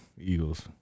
Eagles